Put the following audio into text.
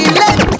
let